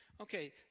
Okay